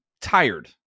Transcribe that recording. tired